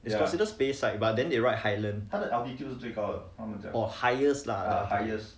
is consider space side but then they write highland oh highest lah